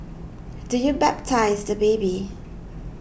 do you baptise the baby